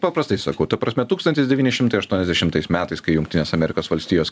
paprastai sakau ta prasme tūkstantis devyni šimtai aštuoniasdešimtais metais kai jungtinės amerikos valstijos